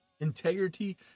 Integrity